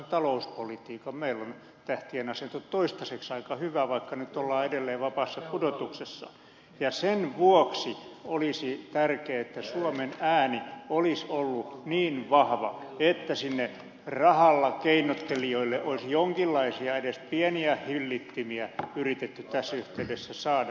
meillä on tähtien asento toistaiseksi aika hyvä vaikka nyt ollaan edelleen vapaassa pudotuksessa ja sen vuoksi olisi tärkeää että suomen ääni olisi ollut niin vahva että sinne rahalla keinottelijoille olisi jonkinlaisia edes pieniä hillittimiä yritetty tässä yhteydessä saada